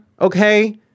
okay